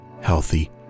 healthy